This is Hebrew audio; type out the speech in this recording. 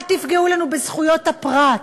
אל תפגעו לנו בזכויות הפרט.